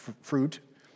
fruit